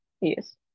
yes